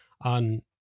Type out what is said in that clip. on